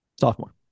sophomore